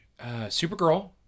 Supergirl